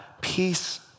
peace